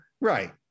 Right